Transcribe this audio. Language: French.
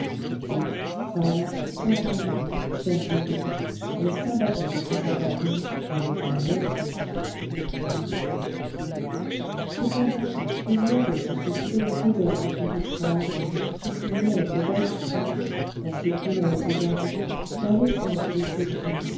et pâle sans parler sérieuse elle s'abattait contre sa poitrine avec un long frisson cependant il y avait sur ce front couvert de gouttes froides sur ces lèvres balbutiantes dans ces prunelles égarées dans l'étreinte de ces bras